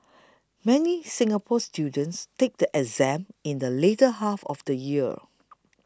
many Singapore students take the exam in the later half of the year